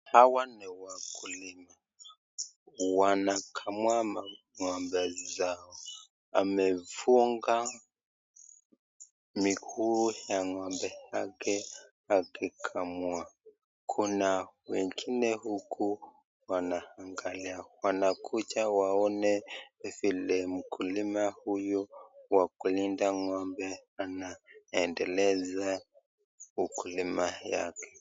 Hawa ni wakulima wanakamua mang'ombe zao, amefunga miguu ya ng'ombe yake akikamua, kuna wengine huku wanaangalia, wanakuja waone vile mkulima huyu wa kulinda ng'ombe anaendeleza ukulima yake.